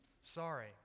Sorry